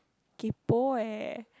kaypoh eh